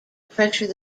pressure